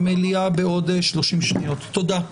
הישיבה ננעלה בשעה 16:15.